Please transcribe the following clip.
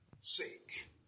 sick